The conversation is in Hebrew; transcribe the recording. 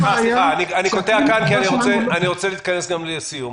אני קוטע כאן כי אני רוצה להתכנס לסיום.